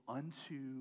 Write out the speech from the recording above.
unto